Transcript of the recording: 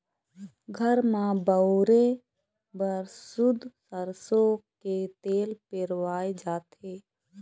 घर म बउरे बर सुद्ध सरसो के तेल पेरवाए जाथे